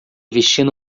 vestindo